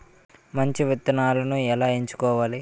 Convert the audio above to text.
మంచి విత్తనాలను ఎలా ఎంచుకోవాలి?